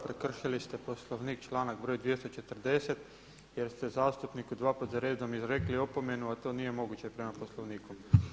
Prekršili ste Poslovnik članak br. 240. jer ste zastupniku dva puta za redom izrekli opomenu, a to nije moguće prema Poslovniku.